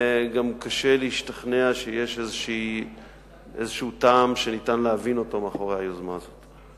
וגם קשה להשתכנע שיש איזה טעם שניתן להבין אותו מאחורי היוזמה הזאת.